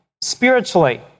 spiritually